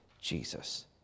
Jesus